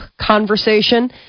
conversation